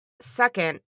Second